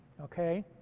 Okay